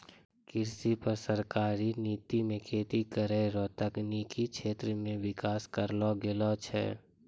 कृषि पर सरकारी नीति मे खेती करै रो तकनिकी क्षेत्र मे विकास करलो गेलो छै